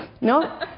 No